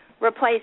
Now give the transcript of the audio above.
replace